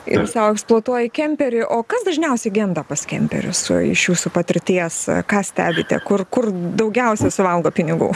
ir sau eksploatuoji kemperį o kas dažniausiai genda pas kemperius iš jūsų patirties ką stebite kur kur daugiausia suvalgo pinigų